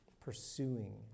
pursuing